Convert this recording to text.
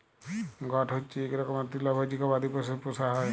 goat হচ্যে ইক রকমের তৃলভজী গবাদি পশু পূষা হ্যয়